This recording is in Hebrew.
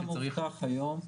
מה אתה מאובטח היום?